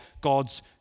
God's